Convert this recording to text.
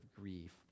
grief